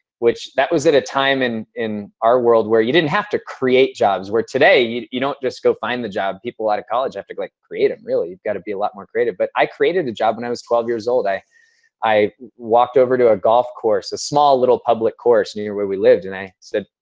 that was at a time and in our world where you didn't have to create jobs, where today, you don't just go find the job. people out of college have to like create them. um really, you've got to be a lot more creative. but i created the job when i was twelve years old. i i walked over to a golf course, a small little public course near where we lived, and i said,